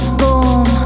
boom